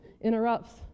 interrupts